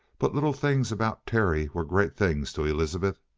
but little things about terry were great things to elizabeth.